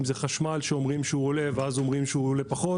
אם זה חשמל שאומרים שהוא עולה ואז אומרים שהוא עולה פחות,